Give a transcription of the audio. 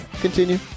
continue